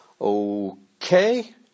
Okay